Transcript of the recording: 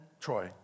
Troy